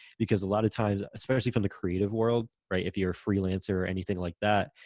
because a lot of times, especially from the creative world, if you're a freelancer or anything like that,